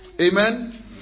Amen